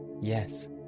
Yes